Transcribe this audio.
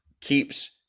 keeps